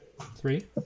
three